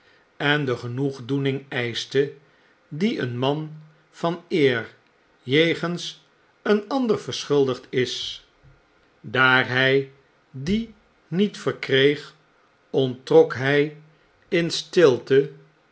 en de genoegdoening eischte die een man van eer jegens een ander verschuldigd is daar hij die niet verkreeg onttrok hij in stilte